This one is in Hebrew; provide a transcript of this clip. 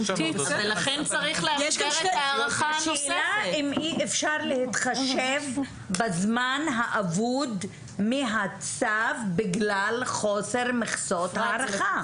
יש כאן שאלה אם אי אפשר להתחשב בזמן האבוד מהצו בגלל חוסר מכסות הערכה?